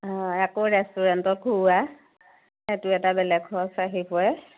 হয় আকৌ ৰেষ্টুৰেণ্টৰ খুওৱা সেইটো এটা বেলেগ খৰচ আহি পৰে